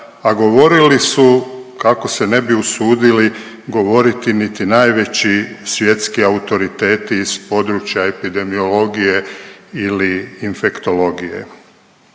a govorili su kako se ne bi usudili govoriti niti najveći svjetski autoriteti iz područja epidemiologije ili infektologije.